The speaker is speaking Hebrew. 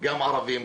גם ערבים,